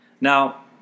Now